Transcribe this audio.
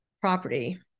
property